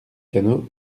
canot